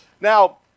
Now